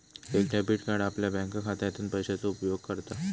एक debit card आपल्या बँकखात्यातना पैशाचो उपयोग करता